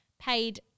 paid